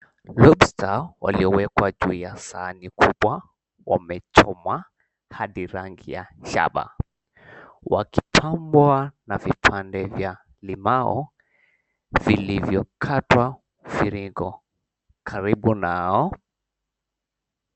Lobster waliowekwa juu ya sahani kubwa wamechomwa hadi rangi ya shaba. Wakichomwa na vipande vya limau vilivyokatwa mviringo karibu nao.